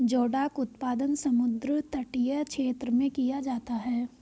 जोडाक उत्पादन समुद्र तटीय क्षेत्र में किया जाता है